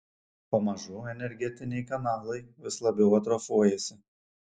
pamažu energetiniai kanalai vis labiau atrofuojasi